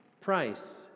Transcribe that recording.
Price